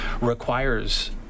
requires